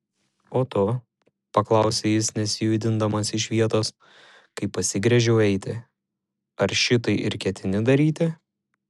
o tu paklausė jis nesijudindamas iš vietos kai pasigręžiau eiti ar šitai ir ketini daryti